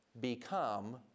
become